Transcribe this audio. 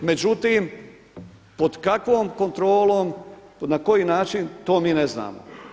Međutim, pod kakvom kontrolom, na koji način to mi ne znamo.